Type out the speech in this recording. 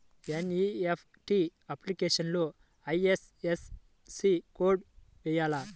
NEFT అప్లికేషన్లో IFSC code వేయాలా?